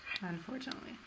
Unfortunately